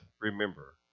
remember